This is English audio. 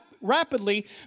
rapidly